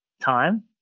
time